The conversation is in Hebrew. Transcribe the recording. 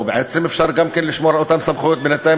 או בעצם אפשר גם כן לשמור על אותן סמכויות בינתיים,